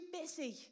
busy